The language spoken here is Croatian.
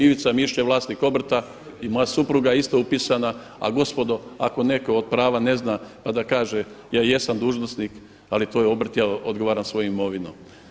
Ivica Mišić je vlasnik obrta i moja supruga je isto upisana, a gospodo ako netko od prava ne zna, pa da kaže ja jesam dužnosnik, ali to je obrt, ja odgovaram svojom imovinom.